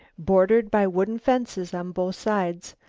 bordered by wooden fences on both sides.